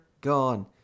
gone